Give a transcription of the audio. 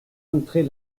entrer